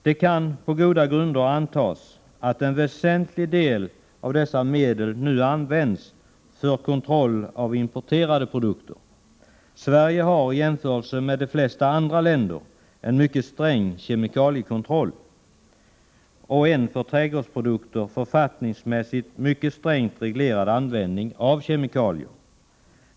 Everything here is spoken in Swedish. Det kan på goda grunder antas att en väsentlig del av dessa medel nu används för kontroll av importerade produkter. Sverige har i jämförelse med de flesta andra länder en mycket sträng kemikaliekontroll och en för trädgårdsprodukter författningsmässigt mycket strängt reglerad användning av kemikalier.